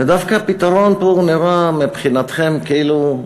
ודווקא הפתרון פה הוא נראה מבחינתכם כאילו,